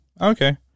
okay